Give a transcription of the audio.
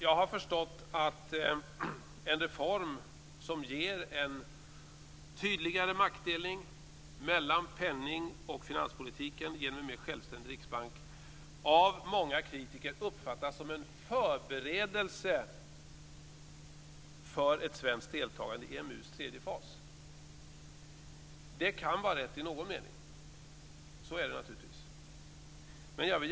Jag har förstått att en reform som ger en tydligare maktdelning mellan penning och finanspolitiken genom en mer självständig Riksbank av många kritiker uppfattas som en förberedelse för ett svenskt deltagande i EMU:s tredje fas. Det kan vara rätt i någon mening. Så är det naturligtvis.